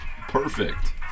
Perfect